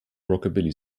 rockabilly